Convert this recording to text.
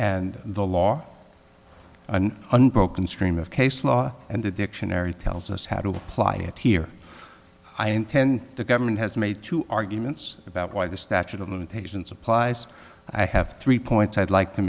and the law an unbroken stream of case law and the dictionary tells us how to apply it here i intend the government has made two arguments about why the statute of limitations applies i have three points i'd like to